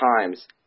times